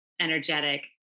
energetic